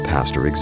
Pastor